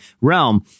realm